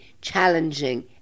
challenging